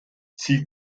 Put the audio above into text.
sie